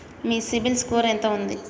మీ CIBIL score ఎంత ఉంది?